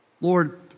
Lord